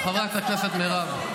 חברת הכנסת מירב,